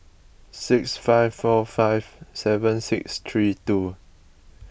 six five four five seven six three two